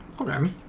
okay